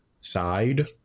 side